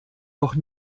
doch